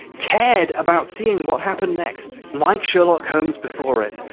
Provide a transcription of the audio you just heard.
cared about seeing what happened next, like sherlock holmes before it,